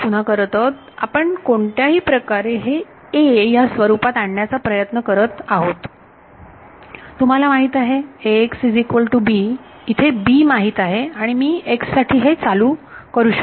आपण तेच पुन्हा करत आहोत आपण कोणत्याही प्रकारे हे a या स्वरुपात आणण्याचा प्रयत्न करत आहोत तुम्हाला माहित आहे इथे b माहित आहे आणि मी x साठी हे चालू करू शकेन